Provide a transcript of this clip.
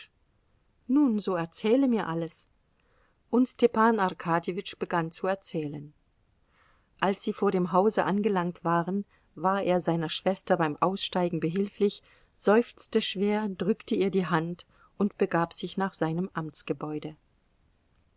nun so erzähle mir alles und stepan arkadjewitsch begann zu erzählen als sie vor dem hause angelangt waren war er seiner schwester beim aussteigen behilflich seufzte schwer drückte ihr die hand und begab sich nach sei